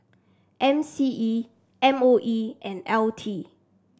M C E M O E and L T